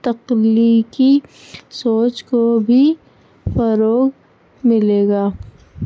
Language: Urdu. تکنیکی سوچ کو بھی فروغ ملے گا